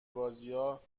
بازیا